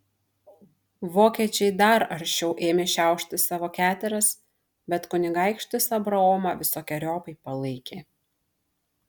vokiečiai dar aršiau ėmė šiaušti savo keteras bet kunigaikštis abraomą visokeriopai palaikė